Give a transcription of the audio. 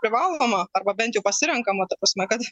privalomą arba bent jau pasirenkamą ta prasme kad